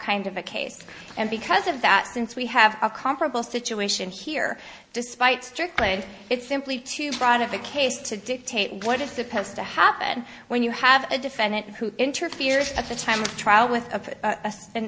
kind of a case and because of that since we have a comparable situation here despite strickland it's simply too broad of a case to dictate what is supposed to happen when you have a defendant who interferes at the time of trial with